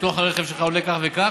ביטוח הרכב שלך עולה כך וכך,